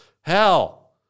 hell